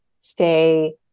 stay